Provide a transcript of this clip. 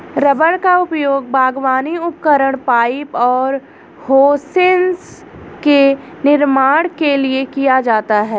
rubber का उपयोग बागवानी उपकरण, पाइप और होसेस के निर्माण के लिए किया जाता है